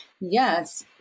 yes